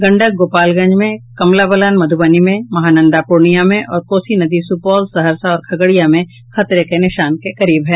गंडक गोपालगंज में कमला बलान मध्रबनी में महानंदा पूर्णिया में और कोसी नदी सूपौल सहरसा और खगड़िया में खतरे के निशान के करीब है